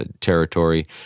territory